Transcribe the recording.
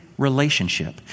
Relationship